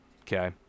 Okay